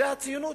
זאת הציונות?